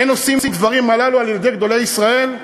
'אין עושין דברים הללו אלא על-ידי גדולי ישראל'".